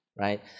Right